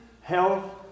health